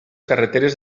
carreteres